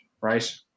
right